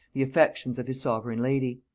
the affections of his sovereign lady.